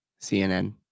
CNN